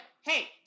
hey